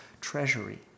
treasury